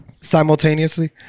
simultaneously